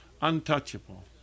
untouchable